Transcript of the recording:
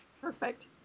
Perfect